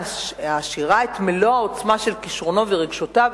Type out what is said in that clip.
השירה את מלוא העוצמה של כשרונו ורגשותיו,